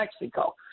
Mexico